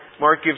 Mark